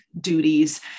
duties